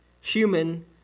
human